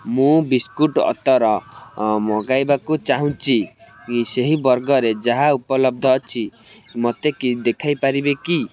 ମୁଁ ବିସ୍କୁଟ୍ ଅତର ମଗାଇବାକୁ ଚାହୁଁଛି ସେହି ବର୍ଗରେ ଯାହା ଉପଲବ୍ଧ ଅଛି ମୋତେ କି ଦେଖାଇପାରିବେ କି